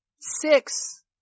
six